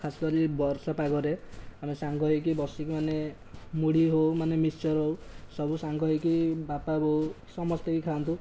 ଖାସ୍ କରିକି ବର୍ଷା ପାଗରେ ଆମେ ସାଙ୍ଗ ହୋଇକି ବସିକି ମାନେ ମୁଢି ହେଉ ମାନେ ମିକ୍ସ୍ଚର୍ ହେଉ ସବୁ ସାଙ୍ଗ ହୋଇକି ବାପା ବୋଉ ସମସ୍ତେ ବି ଖାଆନ୍ତି